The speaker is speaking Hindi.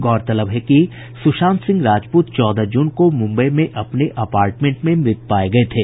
गौरतलब है कि सुशांत सिंह राजपूत चौदह जून को मुंबई में अपने अपार्टमेंट में मृत पाए गए थे